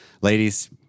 Ladies